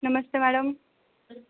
नमस्ते madam